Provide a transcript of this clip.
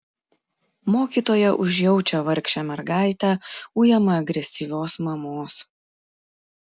mokytoja užjaučia vargšę mergaitę ujamą agresyvios mamos